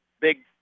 big